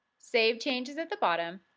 save changes at the bottom,